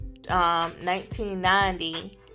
1990